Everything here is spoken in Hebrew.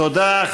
תודה.